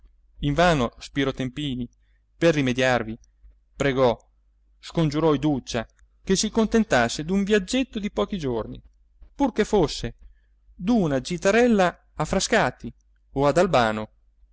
invano spiro tempini per rimediarvi pregò scongiurò iduccia che si contentasse d'un viaggetto di pochi giorni pur che fosse d'una giterella a frascati o ad albano